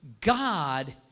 God